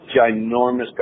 ginormous